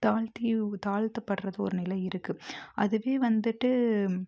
தாழ்த்தி தாழ்த்த படுறது ஒரு நிலை இருக்குது அதுவே வந்துட்டு